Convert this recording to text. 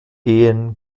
ehen